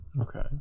Okay